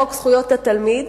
חוק זכויות התלמיד,